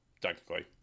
technically